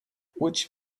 which